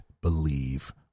believe